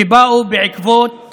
שבאו בעקבות